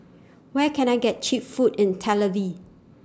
Where Can I get Cheap Food in Tel Aviv